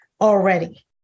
already